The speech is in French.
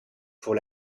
pour